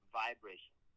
vibration